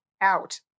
out